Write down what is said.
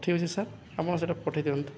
ହଉ ଠିକ୍ ଅଛି ସାର୍ ଆପଣ ସେଇଟା ପଠାଇ ଦିଅନ୍ତୁ